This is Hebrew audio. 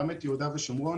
גם את יהודה ושומרון,